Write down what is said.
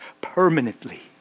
permanently